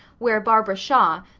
where barbara shaw,